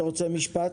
אתה רוצה לשאול,